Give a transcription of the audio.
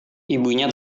ibunya